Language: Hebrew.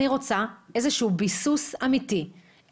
אני רוצה איזשהו ביסוס אמיתי,